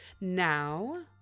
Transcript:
Now